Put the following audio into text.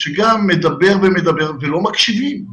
שגם מדבר ומדבר ולא מקשיבים,